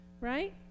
right